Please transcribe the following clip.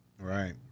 right